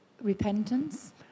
Repentance